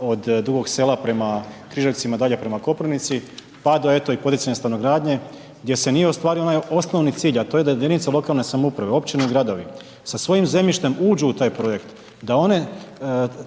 od Dugog Sela prema Križevcima dalje prema Koprivnici pa do eto i poticanja stanogradnje gdje se nije ostvario onaj osnovni cilj, a to je da jedinica lokalne samouprave općina i gradovi sa svojim zemljištem uđu u taj projekt, da one